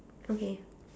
okay